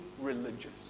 religious